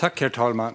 Herr talman! Jag ska tala